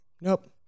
nope